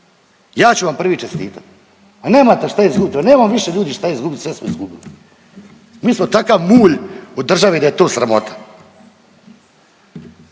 Ja ću vam prvi čestitat. A nemate šta izgubit, jel nemamo više ljudi šta izgubit sve smo izgubili. Mi smo takav mulj od države da je to sramota.